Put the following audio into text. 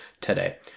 today